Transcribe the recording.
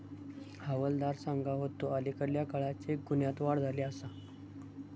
हवालदार सांगा होतो, अलीकडल्या काळात चेक गुन्ह्यांत वाढ झाली आसा